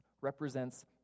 represents